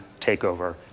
takeover